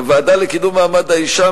בוועדה לקידום מעמד האשה,